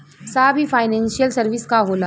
साहब इ financial service का होला?